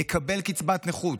יקבל קצבת נכות,